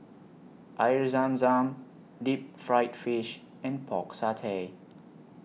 Air Zam Zam Deep Fried Fish and Pork Satay